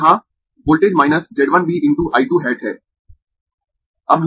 तो यहाँ voltage minus Z 1 B × I 2 hat है